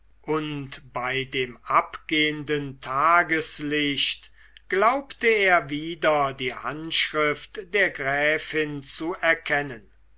und bei dem abgehenden tageslicht glaubte er wieder die handschrift der gräfin zu erkennen